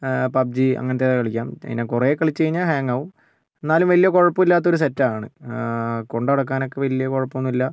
pub G അങ്ങനത്തെ കളിക്കാം പിന്നെ കുറെ കളിച്ച് കഴിഞ്ഞാ ഹാങ്ങ് ആകും എന്നാലും വലിയ കുഴപ്പമില്ലാത്ത ഒരു സെറ്റ് ആണ് കൊണ്ട് നടക്കാനൊക്കെ വലിയ കുഴപ്പമൊന്നുമില്ല